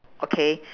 okay